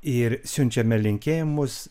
ir siunčiame linkėjimus